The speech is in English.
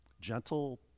gentle